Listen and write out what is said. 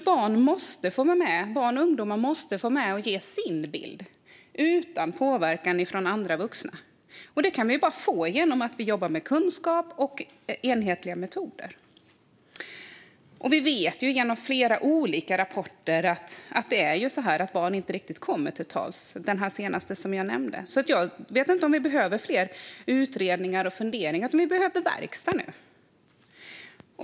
Barn och ungdomar måste nämligen få vara med och ge sin bild utan påverkan från andra vuxna, och det kan vi bara få genom att vi jobbar med kunskap och enhetliga metoder. Vi vet genom flera olika rapporter att barn inte riktigt kommer till tals, till exempel den senaste som jag nämnde. Jag vet därför inte om det är fler utredningar och funderingar som behövs. Vi behöver verkstad nu!